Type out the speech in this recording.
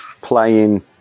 playing